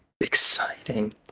Exciting